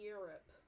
Europe